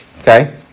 Okay